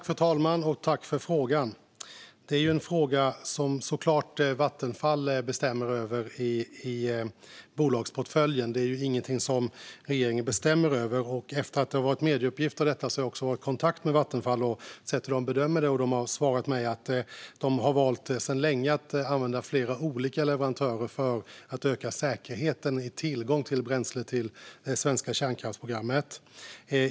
Fru talman! Tack för frågan, Helena Storckenfeldt! Det är en fråga som Vattenfall såklart bestämmer över i bolagsportföljen. Det är ingenting som regeringen bestämmer över. Efter att det har varit medieuppgifter om detta har jag varit i kontakt med Vattenfall för att få veta hur de bedömer det, och de har svarat mig att de sedan länge har valt att använda flera olika leverantörer för att öka säkerheten när det gäller tillgången till bränsle till det svenska kärnkraftsprogrammet.